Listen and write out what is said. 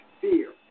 fear